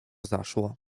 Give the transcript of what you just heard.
zaszło